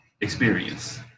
experience